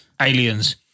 Aliens